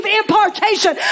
impartation